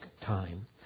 time